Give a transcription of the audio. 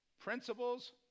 principles